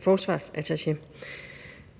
forsvarsattaché.